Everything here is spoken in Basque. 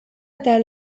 eta